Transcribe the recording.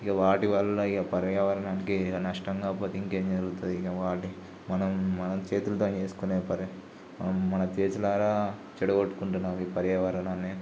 ఇక వాటి వల్ల ఇక పర్యావరణానికి ఇక నష్టం కాపోతే ఇంకేం జరుగుతుంది ఇక వాటి మనం మన చేతులతో చేసుకొనే పరి మన చేతులారా చెడగొట్టుకుంటున్నాం ఈ పర్యావరణాన్ని